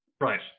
Right